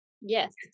Yes